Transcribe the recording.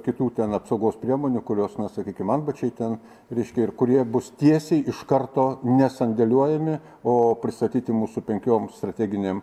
kitų ten apsaugos priemonių kurios na sakykim antbačiai ten reiškia ir kurie bus tiesiai iš karto nesandėliuojami o pristatyti mūsų penkioms strateginėm